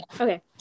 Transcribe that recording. okay